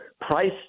price